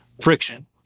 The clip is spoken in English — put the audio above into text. Friction